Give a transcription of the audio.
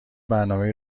برنامهای